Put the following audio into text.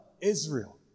Israel